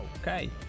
Okay